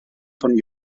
von